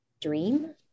dream